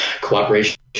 cooperation